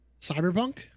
Cyberpunk